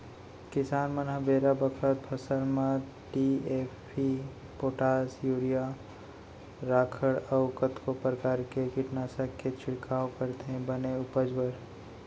किसान मन ह बेरा बखत फसल म डी.ए.पी, पोटास, यूरिया, राखड़ अउ कतको परकार के कीटनासक के छिड़काव करथे बने उपज बर